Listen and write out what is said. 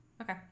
Okay